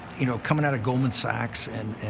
you know, coming out of goldman sachs, and,